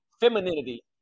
femininity